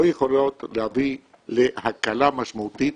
לא יכולות להביא להקלה משמעותית